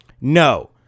No